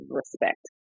respect